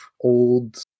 old